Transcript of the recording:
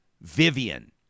Vivian